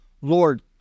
Lord